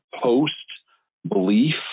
post-belief